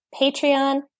Patreon